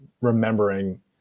remembering